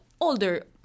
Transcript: older